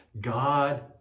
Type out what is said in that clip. God